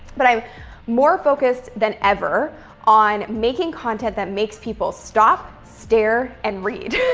but i'm more focused than ever on making content that makes people stop, stare and read.